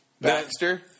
Baxter